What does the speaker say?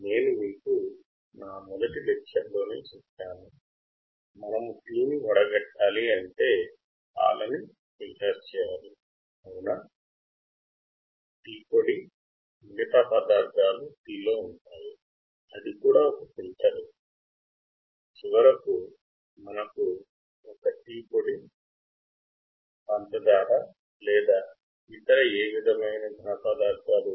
మీరు టీని సిద్ధం చేసినప్పుడు మీరు టీని ఫిల్టర్ చేస్తారు మరియు టీ విత్తనాలు లేకుండా ద్రవ రూపములో ఉన్న టీని పొందుతాము